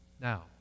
Now